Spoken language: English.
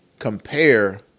Compare